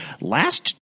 last